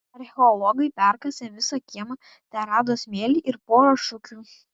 archeologai perkasę visą kiemą terado smėlį ir porą šukių